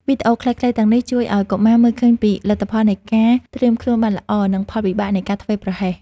វីដេអូខ្លីៗទាំងនេះជួយឱ្យកុមារមើលឃើញពីលទ្ធផលនៃការត្រៀមខ្លួនបានល្អ និងផលវិបាកនៃការធ្វេសប្រហែស។